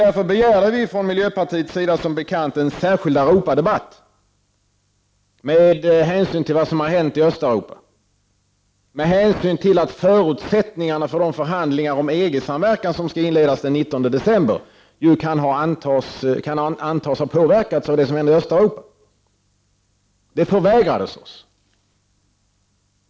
Därför begärde vi från miljöpartiet som bekant en särskild Europadebatt med hänsyn till vad som har hänt i Östeuropa, med hänsyn till att förutsättningarna för de förhandlingar om EG samverkan som skall inledas den 19 december kan antas ha påverkats av det som hänt i Östeuropa. Det förvägrades oss.